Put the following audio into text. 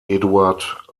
eduard